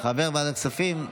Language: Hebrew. חבר ועדת הכספים,